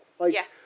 Yes